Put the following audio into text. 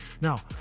now